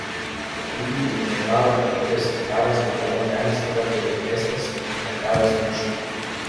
aktyviai ūkininkaujant bet kuris hektaras dirbamos žemės yra pelningesnis nei hektaras miško